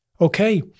Okay